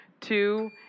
Two